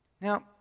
Now